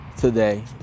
Today